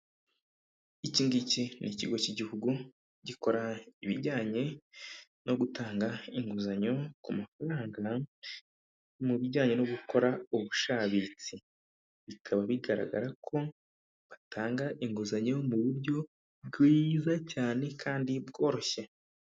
Iki ngiki ni ikigo cy'Igihugu gikora ibijyanye no gutanga inguzanyo ku mafaranga mu bijyanye no gukora ubushabitsi. Bikaba bigaragara ko batanga inguzanyo mu buryo bwiza cyane kandi bworoshye.